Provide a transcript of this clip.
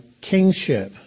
kingship